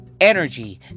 energy